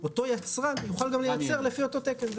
אותו יצרן יוכל לייצר לפי אותו תקן.